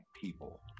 people